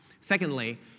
Secondly